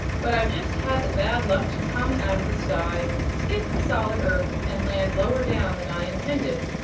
but i've just had the bad luck to come out of the sky, skip the solid earth, and land lower down than i intended.